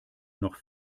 noch